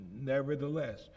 nevertheless